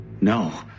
no